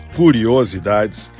curiosidades